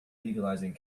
legalizing